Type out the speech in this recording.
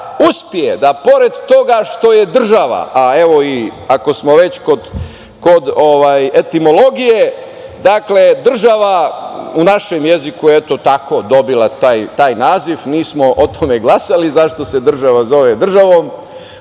uspe da pored toga što je država, a evo i ako smo već ko etimologije, država u našem jeziku, eto tako dobila taj naziv nismo o tome glasali zašto se država zove državom,